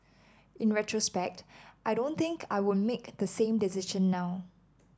in retrospect I don't think I would make the same decision now